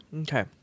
Okay